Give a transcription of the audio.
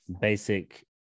basic